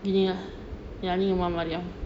gini lah ya ni rumah mariam